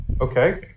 Okay